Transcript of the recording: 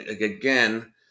again